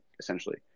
essentially